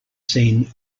seen